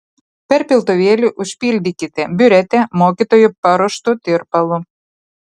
per piltuvėlį užpildykite biuretę mokytojo paruoštu tirpalu